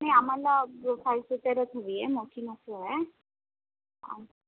नाही आम्हाला फाईव्ह सीटरच हवी आहे मोठी नको आहे